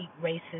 races